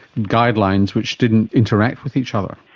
guidelines which didn't interact with each other.